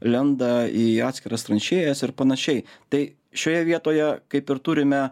lenda į atskiras tranšėjas ir panašiai tai šioje vietoje kaip ir turime